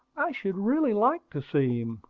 i should really like to see him,